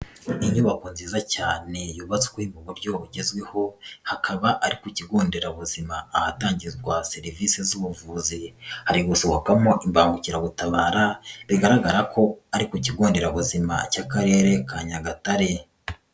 Inyubako nziza cyane yubatswe mu buryo bugezweho, hakaba ari ku kigo nderabuzima ahatangirwazwa serivisi z'ubuvuzi, hari gusohokamo imbagukiragutabara, bigaragara ko ari ku ikigo nderabuzima cy'Akarere ka Nyagatare.